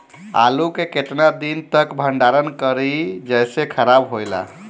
आलू के केतना दिन तक भंडारण करी जेसे खराब होएला?